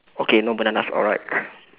okay no bananas alright